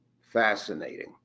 Fascinating